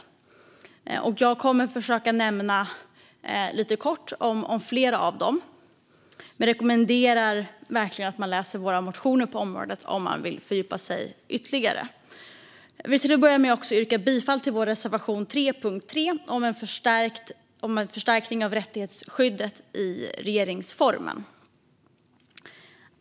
Jag kommer kortfattat att nämna flera av dem. Men jag rekommenderar verkligen att man läser våra motioner på området om man vill fördjupa sig ytterligare. Jag vill till att börja med yrka bifall till vår reservation 3 under punkt 3 om förstärkningar av rättighetsskyddet i regeringsformen.